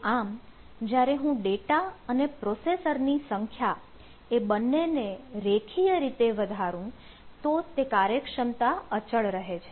તો આમ જ્યારે હું ડેટા અને પ્રોસેસર ની સંખ્યા એ બંનેને રેખીય રીતે વધારું તો તે કાર્યક્ષમતા અચળ રહે છે